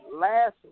last